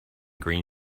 green